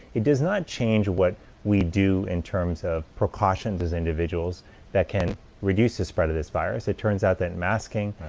it does not change what we do in terms of precautions as individuals that can reduce the spread of this virus. it turns out masking,